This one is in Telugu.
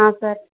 సరే